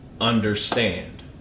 understand